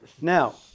Now